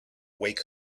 wake